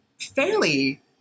fairly